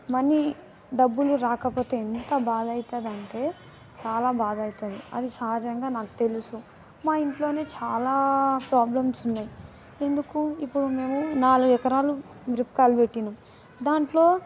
money డబ్బులు రాకపోతే ఎంత బాధ అవుతుందంటే చాలా బాదయితది అది సహజంగా నాకు తెలుసు మా ఇంట్లోనే చాలా ప్రాబ్లమ్స్ ఉన్నాయి ఎందుకు ఇప్పుడు మేము నాలుగు ఎకరాలు మిరపకాయలు పెట్టాము దాంట్లో